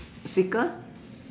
speaker